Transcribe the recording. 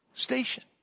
station